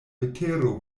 vetero